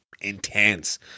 intense